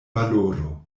valoro